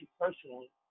personally